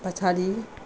पछाडि